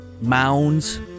Mounds